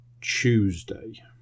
Tuesday